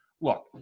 look